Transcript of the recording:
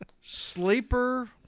Sleeper